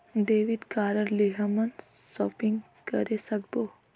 Debit card ले हमन shopping करे सकबो?